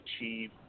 achieve